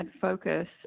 focus